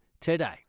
today